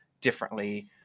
differently